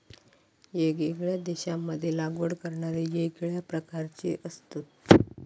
येगयेगळ्या देशांमध्ये लागवड करणारे येगळ्या प्रकारचे असतत